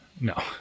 No